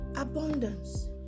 Abundance